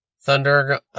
Thunder